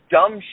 dumb